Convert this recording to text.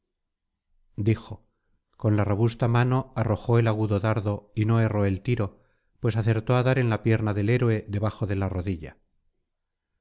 dijo con la robusta mano arrojó el agudo dardo y no erró el tiro pues acertó á dar en la pierna del héroe debajo de la rodilla